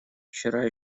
вчера